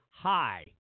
Hi